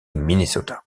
minnesota